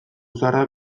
zaharrak